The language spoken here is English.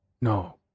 No